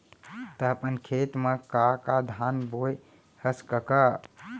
त अपन खेत म का का धान बोंए हस कका?